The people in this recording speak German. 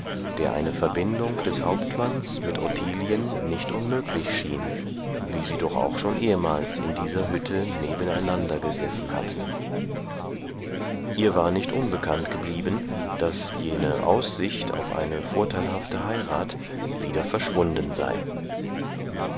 der eine verbindung des hauptmanns mit ottilien nicht unmöglich schien wie sie doch auch schon ehemals in dieser hütte nebeneinander gesessen hatten ihr war nicht unbekannt geblieben daß jene aussicht auf eine vorteilhafte heirat wieder verschwunden sei